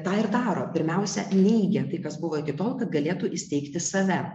tą ir daro pirmiausia neigia tai kas buvo iki tol kad galėtų įsteigti save